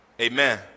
Amen